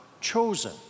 chosen